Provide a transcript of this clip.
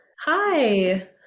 Hi